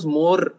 more